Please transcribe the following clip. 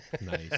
Nice